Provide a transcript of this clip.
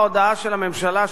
בהודעה של הממשלה,